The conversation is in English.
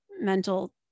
mental